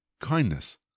kindness